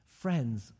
friends